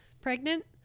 pregnant